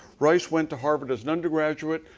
rice went to harvard as an undergraduate,